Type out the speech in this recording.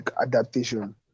adaptation